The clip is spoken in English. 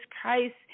Christ